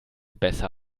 besser